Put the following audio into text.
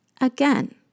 again